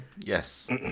yes